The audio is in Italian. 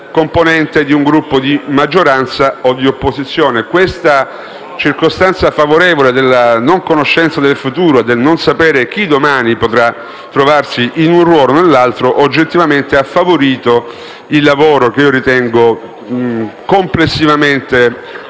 componente di un Gruppo di maggioranza o di opposizione. Questa circostanza favorevole della non conoscenza del futuro e del non sapere chi domani potrà trovarsi in un ruolo o nell'altro oggettivamente ha favorito il lavoro, che ritengo complessivamente proficuo,